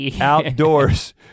outdoors